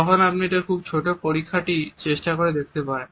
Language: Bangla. তখন এই খুব ছোট পরীক্ষাটি চেষ্টা করে দেখতে পারেন